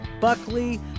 Buckley